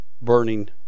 burning